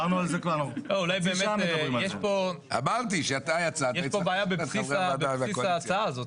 יש פה בעיה בבסיס ההצעה הזאת.